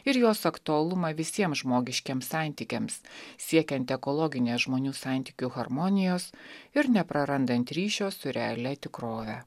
ir jos aktualumą visiems žmogiškiems santykiams siekiant ekologinės žmonių santykių harmonijos ir neprarandant ryšio su realia tikrove